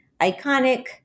Iconic